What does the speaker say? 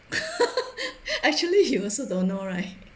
actually you also don't know right